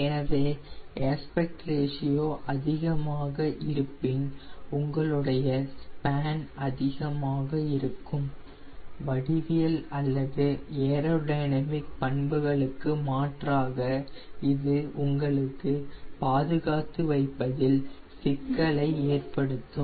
எனவே aspect ratio அதிகமாக இருப்பின் உங்களுடைய ஸ்பேன் அதிகமாக இருக்கும் வடிவியல் அல்லது ஏரோடைனமிக் பண்புகளுக்கு மாற்றாக இது உங்களுக்கு பாதுகாத்து வைப்பதில் சிக்கலை ஏற்படுத்தும்